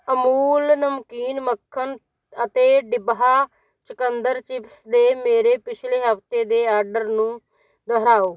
ਅਮੂਲ ਨਮਕੀਨ ਮੱਖਣ ਅਤੇ ਡਿਬਿਹਾ ਚੁਕੰਦਰ ਚਿਪਸ ਦੇ ਮੇਰੇ ਪਿਛਲੇ ਹਫ਼ਤੇ ਦੇ ਆਰਡਰ ਨੂੰ ਦੁਹਰਾਓ